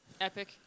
Epic